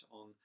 on